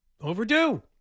Overdue